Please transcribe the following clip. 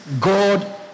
God